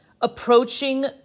approaching